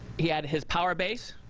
he had his power base,